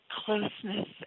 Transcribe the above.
closeness